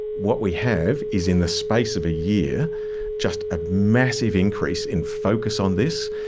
what we have is in the space of a year just a massive increase in focus on this,